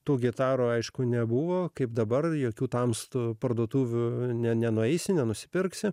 tų gitarų aišku nebuvo kaip dabar jokių tamstų parduotuvių nenueisi nenusipirksi